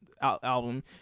album